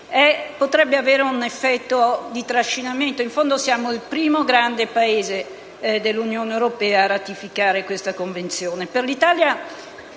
potrebbe avere un effetto di trascinamento; in fondo, l'Italia è il primo grande Paese dell'Unione europea a ratificare la Convenzione